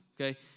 okay